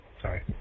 Sorry